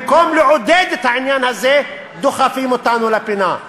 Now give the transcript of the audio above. במקום לעודד את העניין הזה, דוחפים אותנו לפינה.